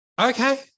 Okay